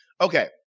okay